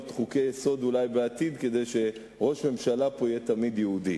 בעתיד חוקי-יסוד כדי שראש ממשלה פה יהיה תמיד יהודי.